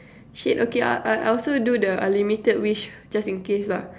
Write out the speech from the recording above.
shit okay I I'll also do the unlimited wish just in case lah